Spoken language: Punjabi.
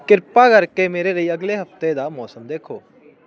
ਕਿਰਪਾ ਕਰਕੇ ਮੇਰੇ ਲਈ ਅਗਲੇ ਹਫ਼ਤੇ ਦਾ ਮੌਸਮ ਦੇਖੋ